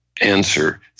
answer